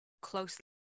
closely